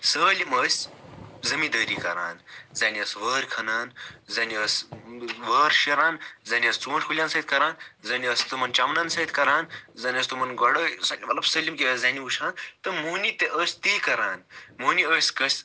سٲلِم ٲسۍ زٔمیٖندٲری کران زَنہِ ٲس وٲرۍ کھنان زَنہِ ٲس وٲر شیران زَنہِ ٲس ژوٗنٛٹھۍ کُلیٚن سۭتۍ کران زَنہِ ٲس تِمَن چَمنَن سۭتۍ کران زَنہِ ٲس تِمَن گۄڈٲے مطلب سٲلِم کیٚنٛہہ ٲس زَنہِ وُچھان تِم موٚہنی تہِ ٲسۍ تی کران موٚہنی ٲسۍ گژھہِ